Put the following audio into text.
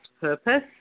purpose